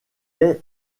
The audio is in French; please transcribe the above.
est